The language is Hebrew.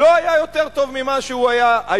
לא היה יותר טוב ממה שהוא היום,